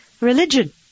Religion